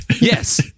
yes